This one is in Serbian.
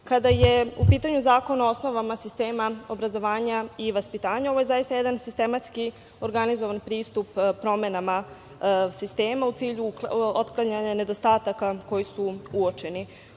je u pitanju Predlog zakona o osnovama sistema obrazovanja i vaspitanja, ovo je zaista jedan sistematski organizovan pristup promenama sistema u cilju otklanjanja nedostataka koji su uočeni.